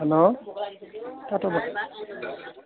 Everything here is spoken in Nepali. हेलो